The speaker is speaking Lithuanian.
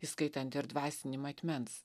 įskaitant ir dvasinį matmens